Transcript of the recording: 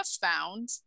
found